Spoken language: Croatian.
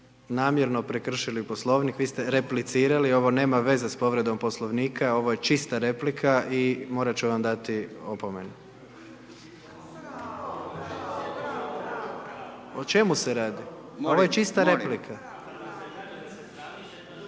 namjerno prekršili Poslovnik, vi ste replicirali, ovo nema veze sa povredom Poslovnika, ovo je čista replika i morat ću vam dati opomenu. …/Upadica sa strane,